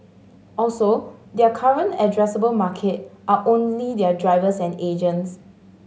also their current addressable market are only their drivers and agents